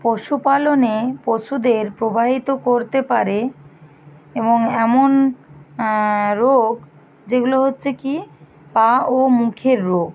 পশুপালনে পশুদের প্রভাবিত করতে পারে এবং এমন রোগ যেগু লো হচ্ছে কি পা ও মুখের রোগ